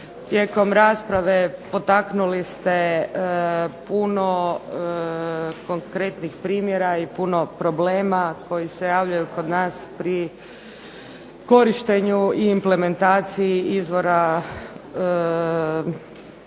Tijekom rasprave potaknuli ste puno konkretnih primjera i puno problema koji se javljaju kod nas pri korištenju i implementaciji izvora tj.